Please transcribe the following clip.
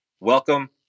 Welcome